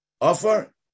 Offer